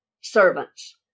servants